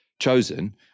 chosen